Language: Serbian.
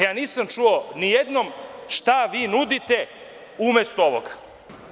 Ja nisam čuo nijednom šta vi nudite umesto ovoga.